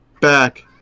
back